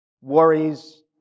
worries